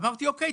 אמרתי: אוקיי,